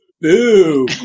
boo